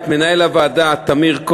את מנהל הוועדה טמיר,